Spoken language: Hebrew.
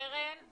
קרן.